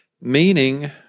Meaning